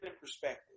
perspective